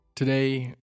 Today